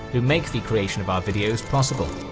who make the creation of our videos possible.